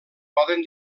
poden